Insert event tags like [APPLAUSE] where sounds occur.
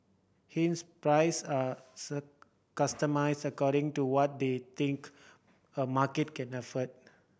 hence prices are [UNINTELLIGIBLE] customised according to what they think a market can afford